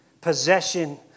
possession